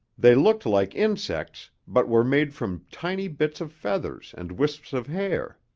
they looked like insects but were made from tiny bits of feathers and wisps of hair.